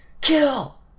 KILL